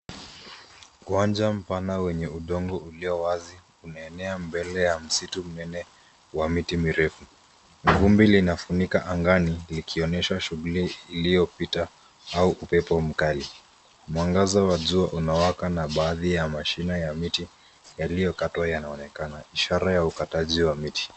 Uwanja mpana wenye udongo ulio wazi umeenea mbele ya msitu mnene wa miti mirefu. Vumbi linafunika angani ikionyesha shughuli iliyopita au upepo mkali. Mwangaza wa jua unawaka na baadhi ya mashina na miti yaliyo katwa yanaonekana. Ishara ya ukataji wa miti.